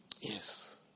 Yes